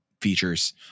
features